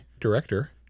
director